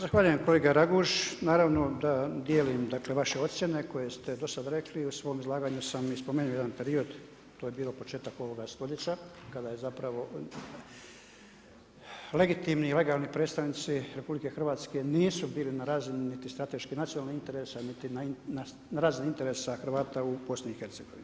Zahvaljujem kolega Raguž, naravno da dijelim vaše ocjene koje ste do sada rekli i u svom izlaganju sam i spomenu jedan period i to je bio početak ovoga stoljeća, kada je zapravo legitimni i legalne predstavnici RH nisu bili na razini niti strateških nacionalnih interesa, niti na razini interesa Hrvata u BIH.